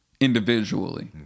individually